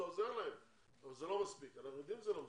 זה עוזר להם אבל זה לא מספיק ואנחנו יודעים שזה לא מספיק.